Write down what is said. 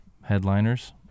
headliners